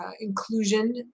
inclusion